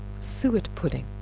suet pudding.